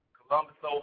Columbus